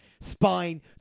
Spine